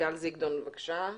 גל זגרון, בבקשה.